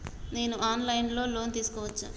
నేను online లో loan తీసుకోవచ్చా?